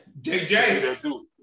JJ